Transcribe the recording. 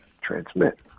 transmit